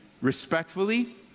Respectfully